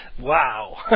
Wow